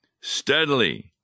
Steadily